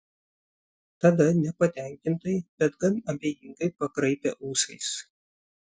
tada nepatenkintai bet gan abejingai pakraipė ūsais